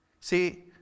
See